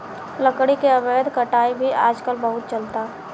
लकड़ी के अवैध कटाई भी आजकल बहुत चलता